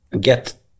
get